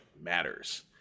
matters